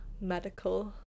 medical